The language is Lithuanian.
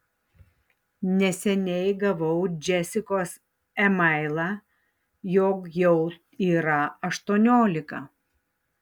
neseniai gavau džesikos emailą jog jau yra aštuoniolika